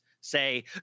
say